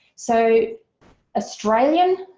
so australian,